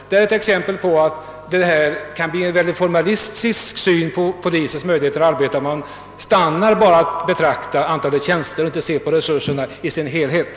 Detta är ett exempel på att det kan bli en formalistisk syn på polisens möjligheter att arbeta om man stannar vid att betrakta antalet tjänster utan att se på resurserna i deras helhet.